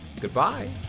Goodbye